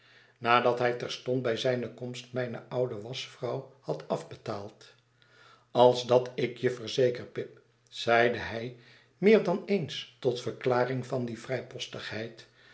nadat hij terstond bij zijne komst mijne oude waschvrouw had af betaald als dat ik je verzeker pip zeide hij meer dan eens tot verklaring van die